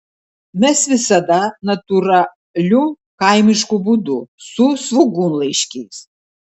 mes visada natūraliu kaimišku būdu su svogūnlaiškiais